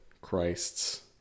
Christ's